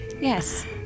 Yes